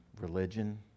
religion